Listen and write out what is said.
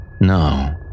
No